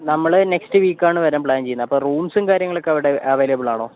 നമ്മളെ നെക്സ്റ്റ് വീക്കാണ് വരാൻ പ്ലാൻ ചെയ്യുന്നത് അപ്പോൾ റൂമ്സും കാര്യങ്ങളുമൊക്കെ അവിടെ അവൈലബിൾ ആണോ